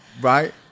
Right